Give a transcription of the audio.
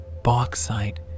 bauxite